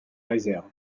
réserve